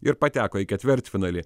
ir pateko į ketvirtfinalį